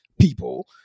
people